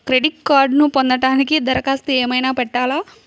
Credit కార్డ్ను పొందటానికి దరఖాస్తు ఏమయినా పెట్టాలా?